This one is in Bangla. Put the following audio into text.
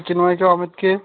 চিন্ময়কে অমিতকে